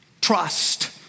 trust